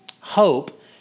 Hope